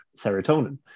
serotonin